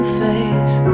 face